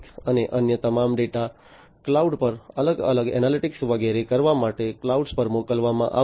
અને અન્ય તમામ ડેટા ક્લાઉડ પર અલગ અલગ એનાલિટિક્સ વગેરે કરવા માટે ક્લાઉડ પર મોકલવામાં આવશે